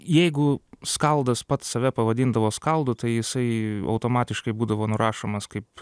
jeigu skaldas pats save pavadindavo skaldu tai jisai automatiškai būdavo nurašomas kaip